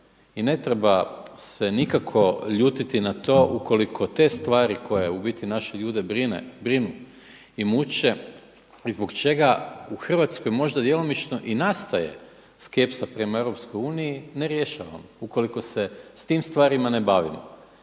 i ne treba se nikako ljutiti na to ukoliko te stvari koje u biti naše ljude brinu i muče i zbog čega u Hrvatskoj možda djelomično i nastaje skepsa prema EU ne rješavamo ukoliko se sa tim stvarima ne bavimo.